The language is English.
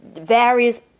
various